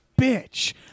bitch